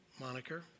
moniker